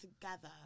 together